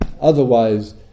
Otherwise